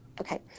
Okay